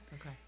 Okay